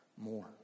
more